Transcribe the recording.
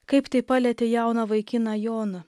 kaip tai palietė jauną vaikiną joną